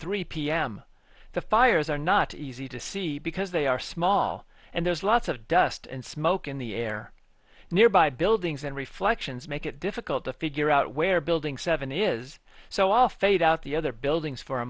three p m the fires are not easy to see because they are small and there's lots of dust and smoke in the air nearby buildings and reflections make it difficult to figure out where building seven is so all fade out the other buildings for a